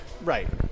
right